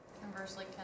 Conversely